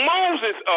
Moses